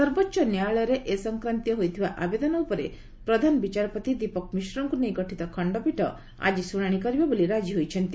ସର୍ବୋଚ୍ଚ ନ୍ୟାୟାଳୟରେ ଏ ସଂକ୍ରାନ୍ତୀୟ ହୋଇଥିବା ଆବେଦନ ଉପରେ ପ୍ରଧାନବିଚାରପତି ଦୀପକ ମିଶ୍ରଙ୍କ ନେଇ ଗଠିତ ଖଣ୍ଡପୀଠ ଆଜି ଶୁଣାଣି କରିବେ ବୋଲି ରାଜି ହୋଇଛନ୍ତି